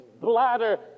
bladder